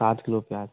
सात किलो प्याज़